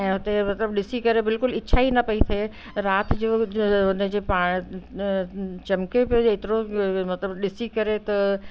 ऐं हुते मतिलबु ॾिसी करे बिल्कुलु इछा ई न पई थिए राति जो बि उन जे पाण चमके पियो एतिरो बि मतिलबु ॾिसी करे त